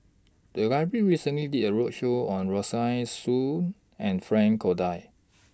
The Library recently did A roadshow on Rosaline Soon and Frank Cloutier